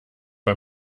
bei